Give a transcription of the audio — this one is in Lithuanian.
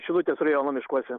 šilutės rajono miškuose